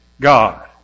God